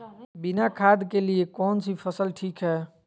बिना खाद के लिए कौन सी फसल ठीक है?